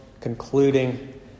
concluding